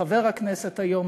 חבר הכנסת היום,